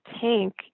tank